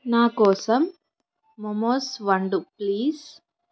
నాకోసం మోమోస్ వండు ప్లీస్